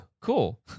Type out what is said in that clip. cool